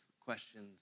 questions